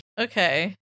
Okay